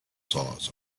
saws